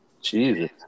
Jesus